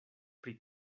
pri